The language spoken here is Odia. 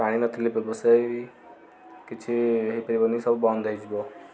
ପାଣି ନଥିଲେ ବ୍ୟବସାୟ ବି କିଛି ହୋଇପାରିବନି ସବୁ ବନ୍ଦ ହୋଇଯିବ